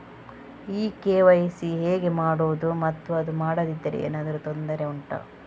ಈ ಕೆ.ವೈ.ಸಿ ಹೇಗೆ ಮಾಡುವುದು ಮತ್ತು ಅದು ಮಾಡದಿದ್ದರೆ ಏನಾದರೂ ತೊಂದರೆ ಉಂಟಾ